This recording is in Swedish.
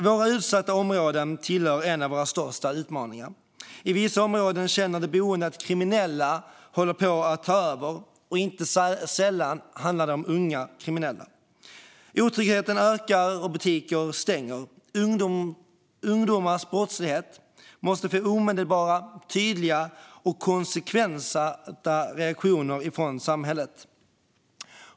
Våra utsatta områden är en av våra största utmaningar. I vissa områden känner de boende att kriminella håller på att ta över, och inte sällan handlar det om unga kriminella. Otryggheten ökar, och butiker stänger. Ungdomars brottslighet måste få omedelbara, tydliga och konsekventa reaktioner från samhället.